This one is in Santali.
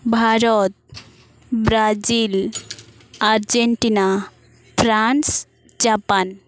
Bharat Brazil Argentina France Japan